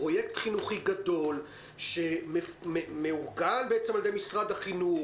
פרויקט חינוכי גדול שמאורגן על ידי משרד החינוך,